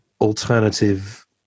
alternative